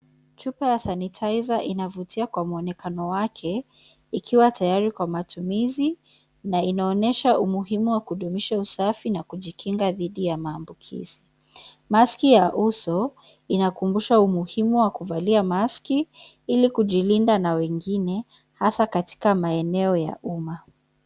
Chupa ya sanitizer inavutia kwa muonekano wake ikiwa tayari kwa matumizi na inaonesha umuhimu wa kudumisha usafi na kujikinga dhidi ya maambukizi. Mask ya uso inakumbusha umuhimu wa kuvalia mask ili kujilinda na wengine hasa katika maeneo ya umma.